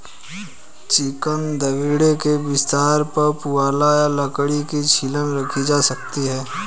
chicken दड़बे के बिस्तर पर पुआल या लकड़ी की छीलन रखी जा सकती है